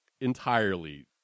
entirely